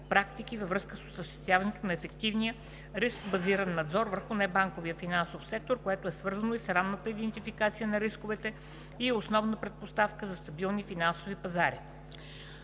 във връзка с осъществяването на ефективен риск базиран надзор върху небанковия финансов сектор, което е свързано с ранна идентификация на рисковете и е основна предпоставка за стабилни финансови пазари.